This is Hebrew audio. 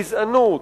גזענות,